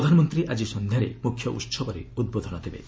ପ୍ରଧାନମନ୍ତ୍ରୀ ଆଜି ସନ୍ଧ୍ୟାରେ ମ୍ରଖ୍ୟ ଉହବରେ ଉଦ୍ବୋଧନ ଦେବେ